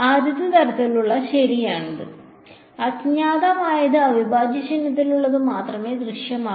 ആദ്യത്തെ തരത്തിലുള്ള ശരിയാണ് അജ്ഞാതമായത് അവിഭാജ്യ ചിഹ്നത്തിനുള്ളിൽ മാത്രമേ ദൃശ്യമാകൂ